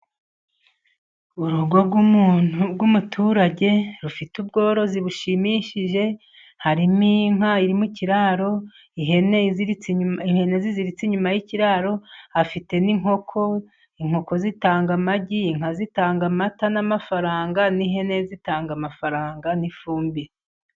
Urugo rw'umuturage rufite ubworozi bushimishije, harimo inka iri mu ikiraro, ihene ziziritse inyuma y'ikiraro afite n'inkoko, inkoko zitanga amagi, Inka zitanga amata n'amafaranga, n'ihene zitanga amafaranga n'ifumbire.